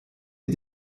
est